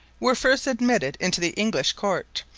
were first admitted into the english court,